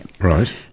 right